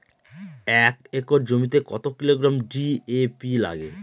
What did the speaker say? এক একর জমিতে কত কিলোগ্রাম ডি.এ.পি লাগে?